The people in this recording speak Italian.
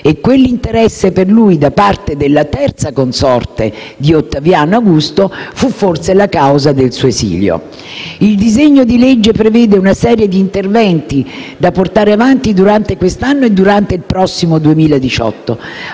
E quell'interesse per lui da parte della terza consorte di Ottaviano Augusto fu forse la causa del suo esilio. Il disegno di legge prevede una serie di interventi da portare avanti durante quest'anno e durante il prossimo, 2018,